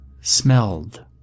Smelled